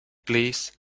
please